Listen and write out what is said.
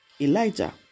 Elijah